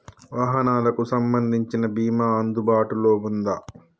వాహనాలకు సంబంధించిన బీమా అందుబాటులో ఉందా?